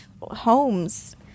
homes